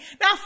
Now